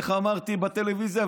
איך אמרתי בטלוויזיה,